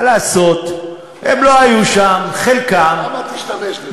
מה לעשות, הם לא היו שם, חלקם, למה להשתמש בזה?